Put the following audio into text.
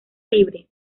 libre